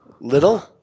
Little